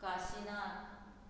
Kashinath